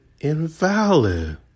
invalid